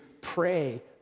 pray